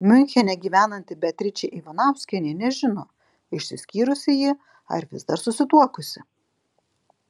miunchene gyvenanti beatričė ivanauskienė nežino išsiskyrusi ji ar vis dar susituokusi